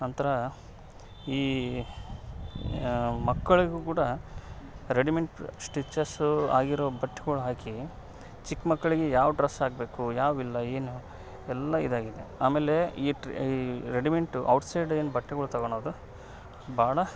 ನಂತರ ಈ ಮಕ್ಕಳಿಗು ಕೂಡ ರೆಡಿಮೆಂಟ್ ಸ್ಟಿಚಸ್ ಆಗಿರೋ ಬಟ್ಟೆಗಳ್ ಹಾಕಿ ಚಿಕ್ಕ ಮಕ್ಕಳಿಗೆ ಯಾವ ಡ್ರಸ್ ಹಾಕಬೇಕು ಯಾವು ಇಲ್ಲ ಏನು ಎಲ್ಲ ಇದಾಗಿದೆ ಆಮೇಲೇ ಈ ಟ್ರೇ ಈ ರೆಡಿಮೆಂಟು ಔಟ್ ಸೈಡ್ ಏನು ಬಟ್ಟೆಗಳ್ ತಗೋಳದು ಭಾಳ